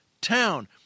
town